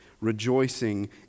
rejoicing